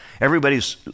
everybody's